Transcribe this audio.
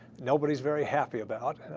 nobody's very happy about.